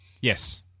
Yes